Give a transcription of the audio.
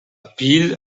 pile